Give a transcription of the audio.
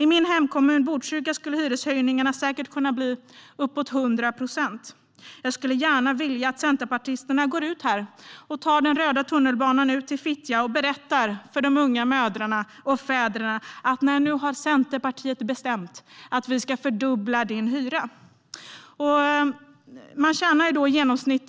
I min hemkommun Botkyrka skulle hyreshöjningarna säkert kunna bli uppåt 100 procent. Jag vill gärna att centerpartisterna går ut härifrån, tar den röda linjen till Fittja och berättar för de unga mödrarna och fäderna där att Centerpartiet nu har bestämt att deras hyra ska fördubblas. I Fittja tjänar man i genomsnitt